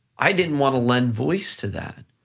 i didn't wanna lend voice to that,